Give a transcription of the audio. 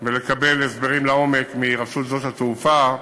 ולקבל הסברים לעומק מרשות שדות התעופה,